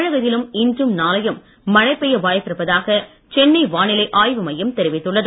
தமிழகத்திலும் இன்றும் நாளையும் மழை பெய்ய வாய்ப்பிருப்பதாக சென்னை வானிலை ஆய்வு மையம் தெரிவித்துள்ளது